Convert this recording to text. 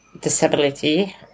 disability